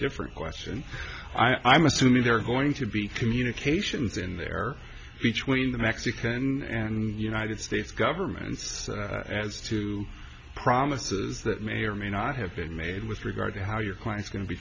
different question i'm assuming there are going to be communications in there between the mexican and united states governments as to promises that may or may not have been made with regard to how your client's going to be